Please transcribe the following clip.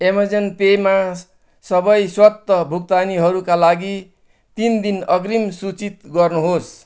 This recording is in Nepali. अमेजन पेमा सबै स्वत भुक्तानीहरूका लागि तिन दिन अग्रिम सूचित गर्नुहोस्